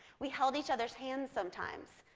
we held each other's hands sometimes,